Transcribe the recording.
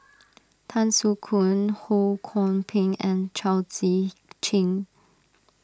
Tan Soo Khoon Ho Kwon Ping and Chao Tzee Cheng